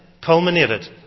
culminated